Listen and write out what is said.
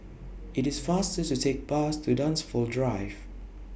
IT IS faster to Take Bus to Dunsfold Drive